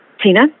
Tina